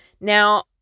now